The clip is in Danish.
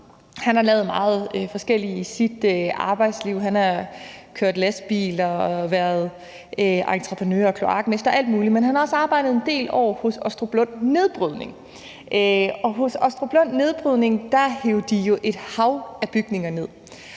Han har lavet meget forskelligt i sit arbejdsliv. Han har kørt lastbil og været entreprenør og kloakmester og alt muligt, men han har også arbejdet en del år hos Åstruplund Nedbrydning, og hos Åstruplund Nedbrydning rev de jo et hav af bygninger ned.